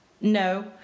no